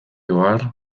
ohar